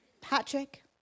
Patrick